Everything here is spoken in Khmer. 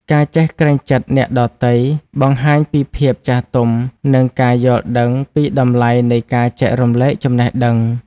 ការចេះក្រែងចិត្តអ្នកដទៃ បង្ហាញពីភាពចាស់ទុំ និងការយល់ដឹងពីតម្លៃនៃការចែករំលែកចំណេះដឹង។